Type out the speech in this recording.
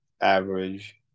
average